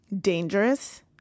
dangerous